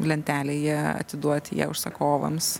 lentelėje atiduoti ją užsakovams